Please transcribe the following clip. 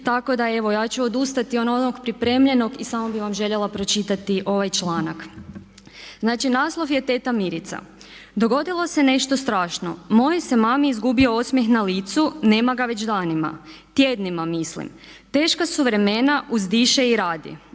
Tako da evo ja ću odustati od onog pripremljenog i samo bih vam željela pročitati ovaj članak. Znači naslov je Teta Mirica. „Dogodilo se nešto strašno. Mojoj se mami izgubio osmjeh na licu nema ga već danima, tjednima mislim. Teška su vremena, uzdiše i radi.